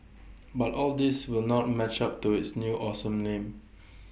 but all these will not match up to its new awesome name